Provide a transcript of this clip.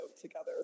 together